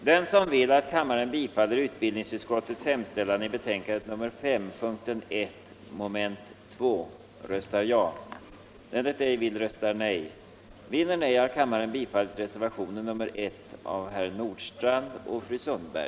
den det ej vill röstar nej. den det ej vill röstar nej. sendet sendet 210 den det ej vill röstar nej. den det ej vill röstar nej. den det ej vill röstar nej. sendet sendet den det ej vill röstar nej. den det ej vill röstar nej.